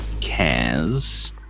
Kaz